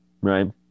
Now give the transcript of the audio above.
right